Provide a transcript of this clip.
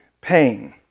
pain